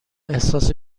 احساس